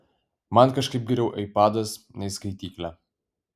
man kažkaip geriau aipadas nei skaityklė